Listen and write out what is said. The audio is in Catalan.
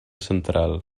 central